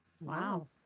Wow